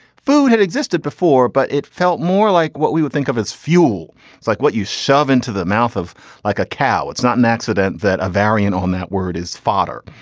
food had existed before but it felt more like what we would think of as fuel. it's like what you shove into the mouth of like a cow. it's not an accident that a variant on that word is fodder.